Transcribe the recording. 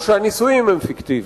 או שהנישואים הם פיקטיביים.